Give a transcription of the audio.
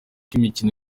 imikino